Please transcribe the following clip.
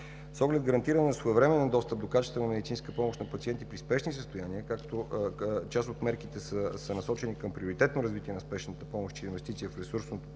С оглед гарантиране на своевременен достъп до качествена медицинска помощ на пациенти при спешни състояния, част от мерките са насочени към приоритетно развитие на спешната помощ чрез инвестиции в ресурсното,